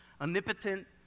omnipotent